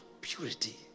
purity